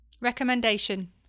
Recommendation